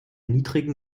niedrigen